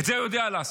את זה הוא יודע לעשות.